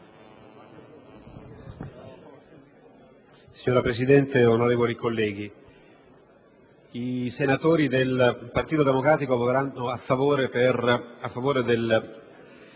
Signora Presidente, onorevoli colleghi, i senatori del Partito Democratico voteranno a favore del